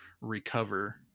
recover